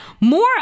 more